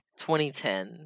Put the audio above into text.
2010